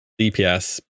DPS